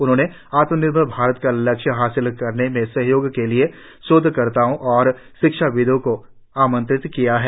उन्होंने आत्मनिर्भर भारत का लक्ष्य हासिल करने में सहयोग के लिए शोधकर्ताओं और शिक्षाविदों को आमंत्रित किया है